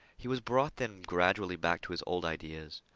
he was brought then gradually back to his old ideas.